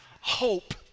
hope